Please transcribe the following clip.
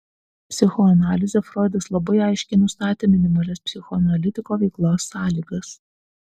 psichoanalize froidas labai aiškiai nustatė minimalias psichoanalitiko veiklos sąlygas